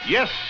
Yes